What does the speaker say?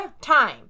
time